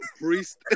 priest